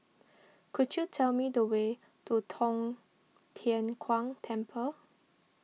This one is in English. could you tell me the way to Tong Tien Kung Temple